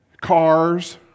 Cars